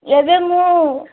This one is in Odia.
ଏବେ ମୁଁ